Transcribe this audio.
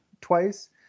twice